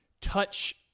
touch